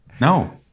no